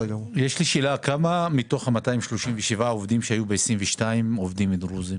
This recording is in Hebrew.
כמה מתוך ה-237 עובדים שהיו ב-2022 הם עובדים דרוזים?